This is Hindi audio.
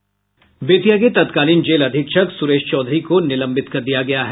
बेतिया के तत्कालीन जेल अधीक्षक सुरेश चौधरी को निलंबित कर दिया गया है